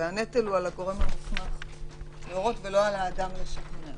והנטל הוא על הגורם המוסמך להורות ולא על האדם לשכנע.